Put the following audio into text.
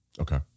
Okay